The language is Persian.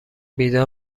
بیدار